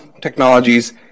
technologies